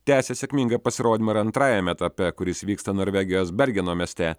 tęsė sėkmingą pasirodymą ir antrajame etape kuris vyksta norvegijos bergeno mieste